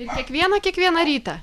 ir kiekvieną kiekvieną rytą